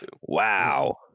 Wow